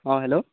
অঁ হেল্ল'